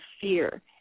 fear